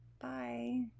bye